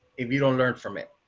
if you don't learn from it.